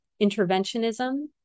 interventionism